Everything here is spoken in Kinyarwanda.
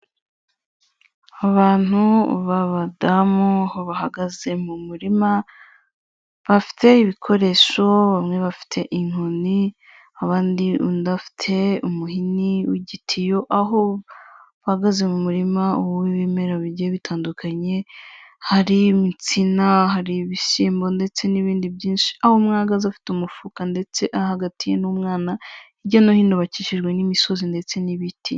Abantu, b'abadamu, bahagaze mu murima, bafite ibikoresho, bamwe bafite inkoni, abandi undi afite umuhini w'igitiyo, aho bahagaze mu murima w'ibimera bijye bitandukanye, hari insina, hari ibishyimbo, ndetse n'ibindi byinshi. Aho umwe ahagaze afite umufuka ndetse aha hagatiye n'umwana, hirya no hino bakikijwe n'imisozi ndetse n'ibiti.